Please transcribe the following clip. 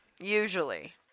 Usually